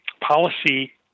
policy